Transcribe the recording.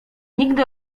nigdy